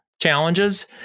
challenges